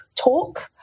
talk